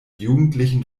jugendlichen